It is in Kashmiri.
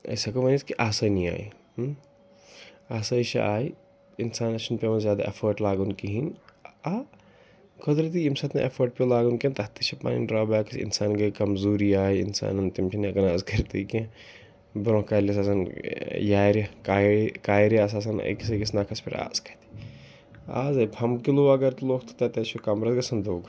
أسۍ ہٮ۪کو ؤنِتھ کہِ آسٲنی آیہِ آسٲیشہِ آیہِ اِنسانَس چھُنہٕ پٮ۪وان زیادٕ اٮ۪فٲٹ لاگُن کِہیٖنۍ آ قدرتی ییٚمہِ ساتہٕ نہٕ اٮ۪فٲٹ پیوٚو لاگُن کینٛہہ تَتھ تہِ چھِ پَنٕنۍ ڈرٛابیکٕس اِنسان گٔے کَمزوٗری آیہِ اِنسانَن تِم چھِنہٕ ہٮ۪کان اَز کٔرِتھٕے کینٛہہ برٛونٛہہ کالہِ ٲسۍ آسان یارِ کا کارِ آسہٕ آسان أکِس أکِس نَکھَس پٮ۪ٹھ آز کَتہِ آزَے پھَم کِلوٗ اگر تُلوکھ تہٕ تَتہِ ہَے چھُ کَمرَس گژھان دوٚگ